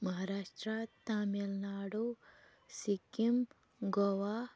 Maharashtra Tamil Nadu Sikkim Goa